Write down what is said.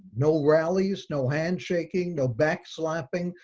no rallies, no handshaking, no backslapping,